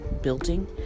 building